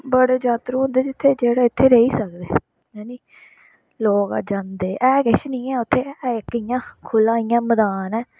बड़े जात्तरू होंदे जित्थें जेह्ड़े इत्थें रेही सकदे हैनी लोक जंदे ऐ किश नी उत्थें इक इयां खुल्ला इयां मदान ऐ